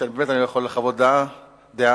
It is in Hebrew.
שבאמת אני לא יכול לחוות דעה בעניין,